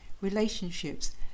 relationships